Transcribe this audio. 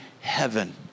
heaven